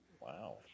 Wow